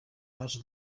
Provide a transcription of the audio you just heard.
pas